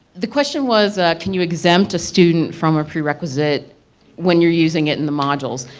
the question was, can you exempt a student from a pre-requisite when you're using it in the modules?